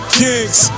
kings